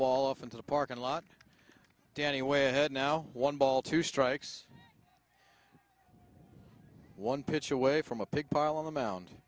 ball off into the parking lot danny way ahead now one ball two strikes one pitch away from a big pile of them ou